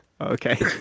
okay